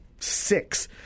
Six